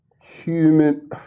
human